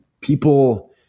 people